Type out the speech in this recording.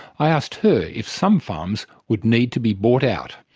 i asked her if some farms would need to be bought out.